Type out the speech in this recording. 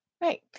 Right